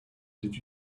did